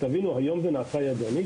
צריך להבין, היום זה נעשה ידנית.